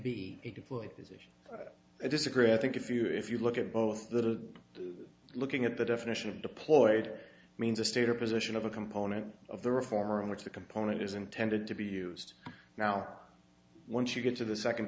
decision i disagree i think if you if you look at both the looking at the definition of deployed means a state or position of a component of the reformer in which the component is intended to be used now once you get to the second